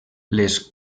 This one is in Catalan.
les